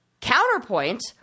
counterpoint